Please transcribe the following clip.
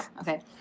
Okay